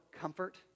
comfort